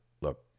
look